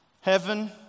Heaven